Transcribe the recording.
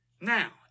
Now